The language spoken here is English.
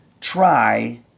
try